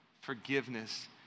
Forgiveness